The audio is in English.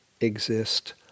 exist